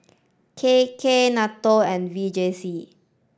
K K NATO and V J C